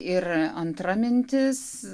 ir antra mintis